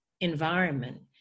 environment